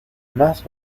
más